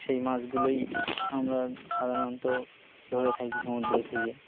সেই মাছগুলোই আমরা সাধারণত ধরে থাকি সমুদ্র থেকে